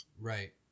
right